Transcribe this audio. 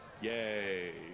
Yay